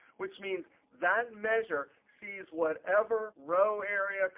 which means that measure sees whatever row area,